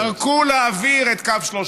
זרקו לאוויר את קו 300,